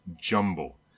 jumble